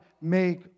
make